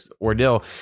ordeal